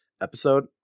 episode